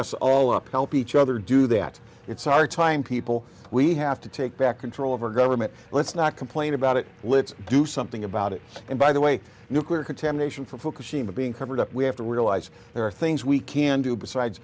us all up help each other do that it's our time people we have to take back control of our government let's not complain about it let's do something about it and by the way nuclear contamination from fukushima being covered up we have to realize there are things we can do besides